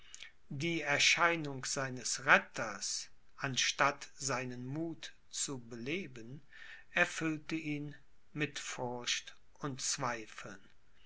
die erscheinung seines retters anstatt seinen muth zu beleben erfüllte ihn mit furcht und zweifeln